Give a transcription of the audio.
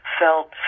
felt